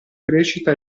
crescita